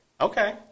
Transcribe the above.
Okay